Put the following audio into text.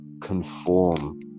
conform